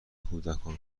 کودکان